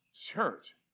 church